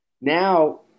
Now